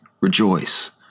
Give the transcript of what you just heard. Rejoice